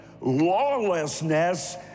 lawlessness